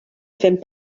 fent